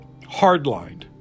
hardlined